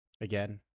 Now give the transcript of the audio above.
again